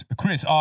Chris